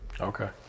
Okay